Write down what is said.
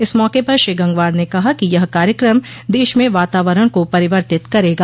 इस मौके पर श्री गंगवार ने कहा कि यह कार्यक्रम देश में वातावरण को परिवर्तित करेगा